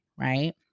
Right